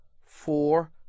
four